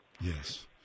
Yes